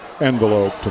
envelope